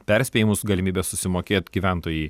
perspėjimus galimybes susimokėti gyventojai